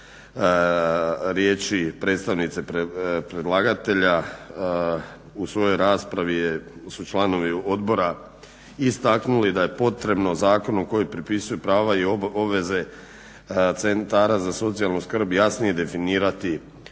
u svojoj raspravi je, su članovi odbora istaknuli da je potrebno zakonom propisuje prava i obveze centara za socijalnu skrb jasnije definirati obveze